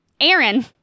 Aaron